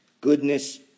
goodness